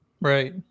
Right